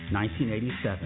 1987